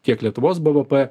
tiek lietuvos bvp